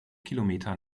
kilometer